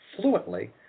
fluently